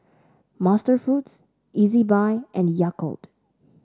MasterFoods Ezbuy and Yakult